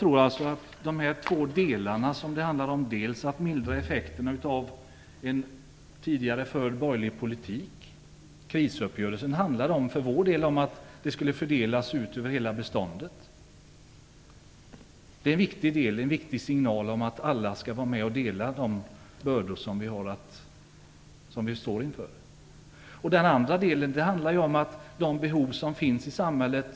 De handlar om två saker. Det gäller dels att mildra effekterna av en tidigare förd borgerlig politik. Krisuppgörelsen handlade för vår del om att kostnaderna skulle fördelas ut över hela beståndet. En viktig signal är att alla skall vara med och dela de bördor vi står inför. Det handlar också om de behov som finns i samhället.